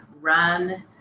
Run